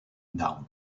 down